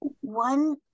One